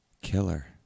Killer